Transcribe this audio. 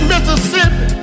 Mississippi